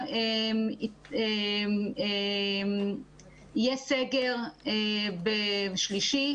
חלילה יהיה סגר שלישי,